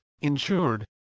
insured